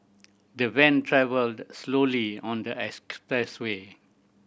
the van travelled slowly on the expressway